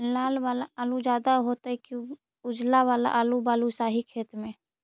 लाल वाला आलू ज्यादा दर होतै कि उजला वाला आलू बालुसाही खेत में?